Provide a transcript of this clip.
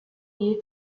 year